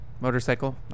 motorcycle